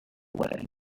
way